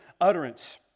utterance